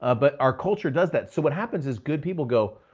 ah but our culture does that. so what happens is good people go,